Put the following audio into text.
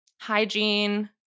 hygiene